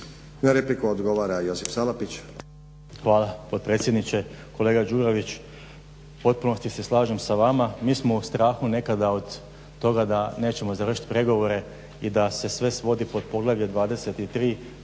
Salapić. **Salapić, Josip (HDSSB)** Hvala potpredsjedniče. Kolega Đurović u potpunosti se slažem sa vama, mi smo u strahu nekada od toga da nećemo završit pregovore i da se sve svodi pod poglavlje 23.,